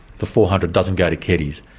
the four hundred doesn't go to keddies.